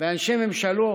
ואנשי ממשלו